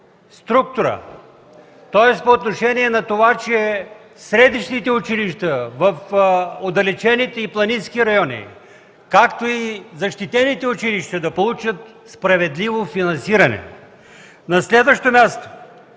структура, тоест по отношение на това, че средищните училища в отдалечените и планински райони, както и защитените училища да получат справедливо финансиране. На следващо място,